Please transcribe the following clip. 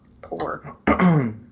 poor